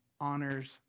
honors